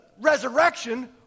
resurrection